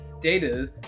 data